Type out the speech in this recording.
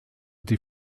die